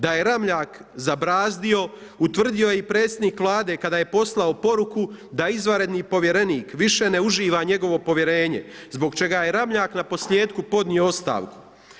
Da je Ramljak zabrazdio utvrdio je i predsjednik Vlade kada je poslao poruku da izvanredni povjerenik više ne uživa njegovog povjerenje zbog čega je Ramljak naposljetku podnio ostavku.